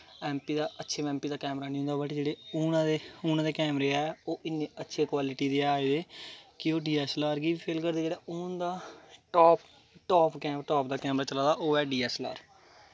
अच्छी M B दा camera निं होंदा हा बट जेह्ड़े हूना दे कैमरे ऐं ओह् इन्नी अच्छी क्वालिटी दे ऐं आए दे कि ओह् डी ऐस्स ऐल्ल आर गी बी फेल करदे जेह्ड़ा हून दा टॉप दा कैमरा चला दा ओह् ऐ डी ऐस्स ऐल्ल आर